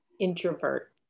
introvert